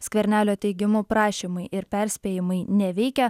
skvernelio teigimu prašymai ir perspėjimai neveikia